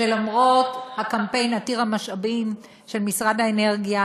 למרות הקמפיין עתיר המשאבים של משרד האנרגיה,